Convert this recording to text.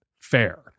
fair